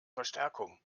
verstärkung